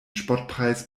spottpreis